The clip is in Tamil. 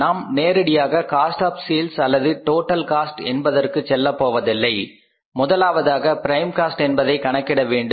நாம் நேரடியாக காஸ்ட் ஆப் சேல்ஸ் அல்லது டோட்டல் காஸ்ட் என்பதற்கு செல்லப்போவதில்லை முதலாவதாக பிரைம் காஸ்ட் என்பதை கணக்கிட வேண்டும்